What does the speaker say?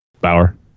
Bauer